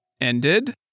ended